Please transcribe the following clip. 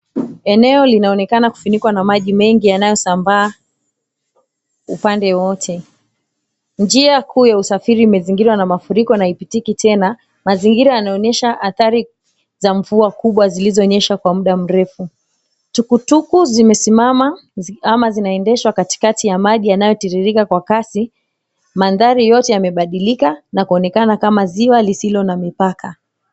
Eneo linaonekana kufunikwa na maji mengi yanayosambaa upande wote. Njia kuu ya usafiri imezingirwa na mafuriko na ipitiki tena. Mazingira yanaonyesha athari za mvua kubwa zilizonyesha kwa muda mrefu. Tukutuku zimesimama, ama zinaendeshwa katikati ya maji yanayotiririka kwa kasi. Mandhari yote yamebadilika, na kuonekana kama ziwa lisilo na mipaka.